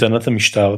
לטענת המשטר,